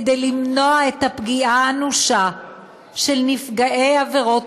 כדי למנוע את הפגיעה האנושה בנפגעי עבירות